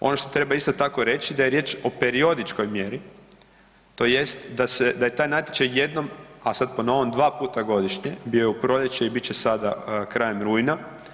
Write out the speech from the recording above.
Ono što treba isto tako reći da je riječ o periodičkoj mjeri tj. da je taj natječaj, a sada po novom dva puta godišnje, bio je u proljeće i bit će sada krajem rujna.